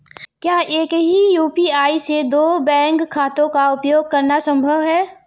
क्या एक ही यू.पी.आई से दो बैंक खातों का उपयोग करना संभव है?